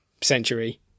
century